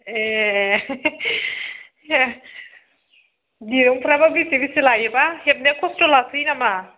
ए दिरुंफ्राबा बेसे बेसे लायो बा हेबनायाव खस्थ' लासोयो नामा